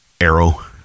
arrow